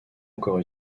encore